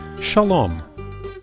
Shalom